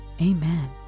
amen